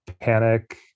panic